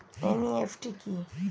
NEFT কি?